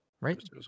Right